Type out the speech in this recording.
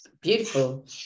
beautiful